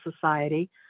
Society